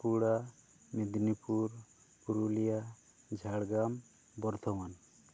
Bankura Midnapore Purulia Jhargram Bardhaman